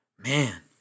Man